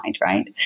right